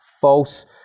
false